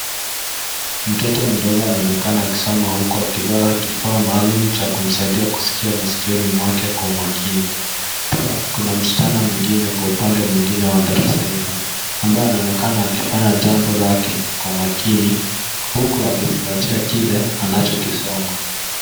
Mtoto mdogo anaonekana akisoma huku akivaa kifaa maalum cha kumsaidia kusikia masikioni mwake kwa makini. Pia kuna msichana mwingine kwa upande mwingine wa darasa hilo ambaye anaonekana akifanya jambo lake kwa makini huku akizingatia kile anachokisoma.